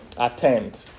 Attend